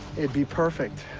it'd be perfect.